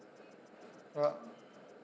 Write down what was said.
ya